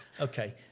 okay